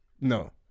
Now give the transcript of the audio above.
No